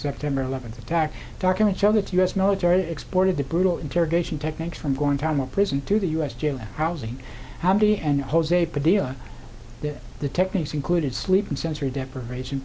september eleventh attack documents show that u s military exported the brutal interrogation techniques from going time a prison to the u s jail and housing how do you and jose padilla that the techniques included sleep in sensory deprivation